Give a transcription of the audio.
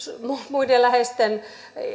muiden läheisten